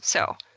so,